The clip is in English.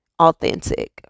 authentic